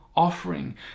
Offering